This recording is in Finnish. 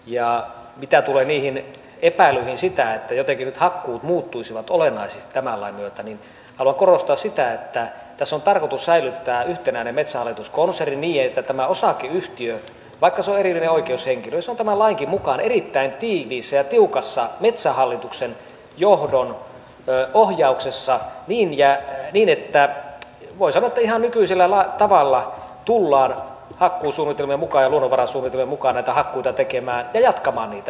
ja mitä tulee niihin epäilyihin siitä että jotenkin nyt hakkuut muuttuisivat olennaisesti tämän lain myötä haluan korostaa sitä että tässä on tarkoitus säilyttää yhtenäinen metsähallitus konserni niin että tämä osakeyhtiö vaikka se on erillinen oikeushenkilö on tämän lainkin mukaan erittäin tiiviissä ja tiukassa metsähallituksen johdon ohjauksessa niin että ihan nykyisellä tavalla tullaan hakkuusuunnitelmien mukaan ja luonnonvarasuunnitelmien mukaan näitä hakkuita tekemään ja jatkamaan niitä